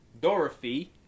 Dorothy